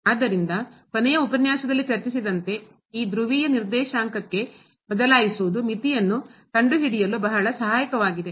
ಆದ್ದರಿಂದ ಕೊನೆಯ ಉಪನ್ಯಾಸದಲ್ಲಿ ಚರ್ಚಿಸಿದಂತೆ ಈ ಧ್ರುವೀಯ ನಿರ್ದೇಶಾಂಕಕ್ಕೆ ಬದಲಾಯಿಸುವುದು ಮಿತಿಯನ್ನು ಕಂಡುಹಿಡಿಯಲು ಬಹಳ ಸಹಾಯಕವಾಗಿದೆ